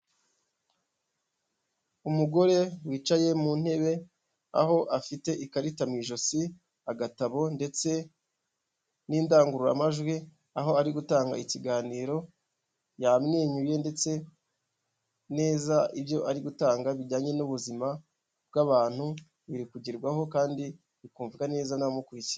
Umugore wicaye mu ntebe aho afite ikarita mu ijosi agatabo ndetse n'indangururamajwi, aho ari gutanga ikiganiro, yamwenyuye ndetse neza ibyo ari gutanga bijyanye n'ubuzima bw'abantu, biri kugerwaho kandi bikumvwa neza n'abamukuriye.